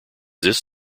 this